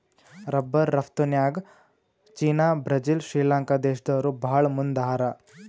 rubber ರಫ್ತುನ್ಯಾಗ್ China Brazil Sri Lanka ದೇಶ್ದವ್ರು ಭಾಳ್ ಮುಂದ್ ಹಾರ